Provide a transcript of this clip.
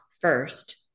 first